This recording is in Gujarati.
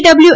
ડબલ્યુ